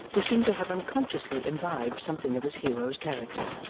who seemed to have unconsciously imbibed something of his hero's character.